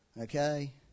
Okay